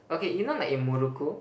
okay you know like in muruku